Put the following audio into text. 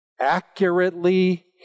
accurately